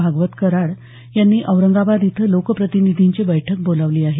भागवत कराड यांनी औरंगाबाद इथं लोकप्रतिनीधींची बैठक बोलावली आहे